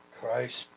Christ